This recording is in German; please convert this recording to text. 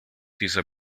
dieser